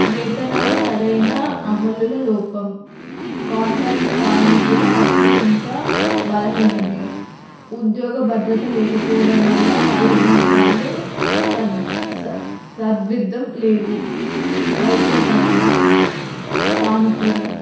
వేతనాలు సరైన అమల లోపం కాంట్రాక్ట్ కార్మికుల హక్కులు ఇంకా బలహీనమే ఉద్యోగ భద్రత లేకపోవడం వల్ల వాళ్ళ జీవితాలు సర్ స సర్విద్దం లేవు రైతుల పరంగా సానుకూలం